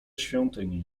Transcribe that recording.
świątyni